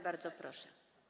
Bardzo proszę.